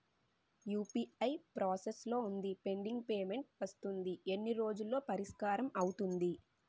UPI process లో వుంది pending payment వస్తుంది ఎన్ని రోజుల్లో పరిష్కారం అవుతుంది